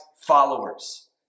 followers